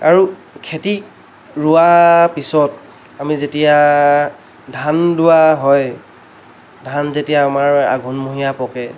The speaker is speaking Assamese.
আৰু খেতি ৰুৱা পিছত আমি যেতিয়া ধান দোৱা হয় ধান যেতিয়া আমাৰ আঘোণ মহীয়া পকে